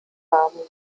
haben